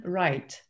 right